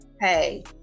hey